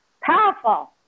powerful